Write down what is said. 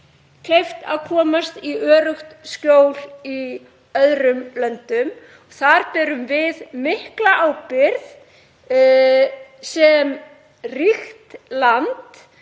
að komast í öruggt skjól í öðrum löndum. Þar berum við mikla ábyrgð sem ríkt land